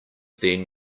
then